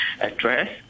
address